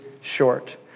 short